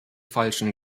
falschen